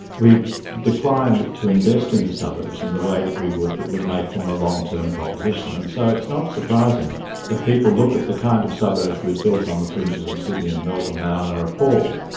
declined to invest in the suburbs in the way that we would that would make them a long-term proposition. and so it's not surprising that people look at the kind of suburbs we've built on the fringes of sydney and melbourne now and are appalled.